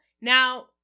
Now